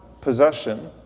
Possession